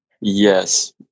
Yes